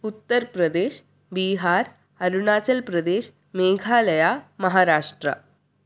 Uttar Pradesh Bihar Arunachal Pradesh Meghalaya Maharashtra